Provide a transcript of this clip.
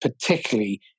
particularly